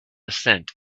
cent